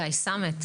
גיא סמט,